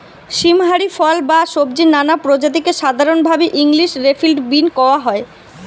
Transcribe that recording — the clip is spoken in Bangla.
সীম হারি ফল বা সব্জির নানা প্রজাতিকে সাধরণভাবি ইংলিশ রে ফিল্ড বীন কওয়া হয়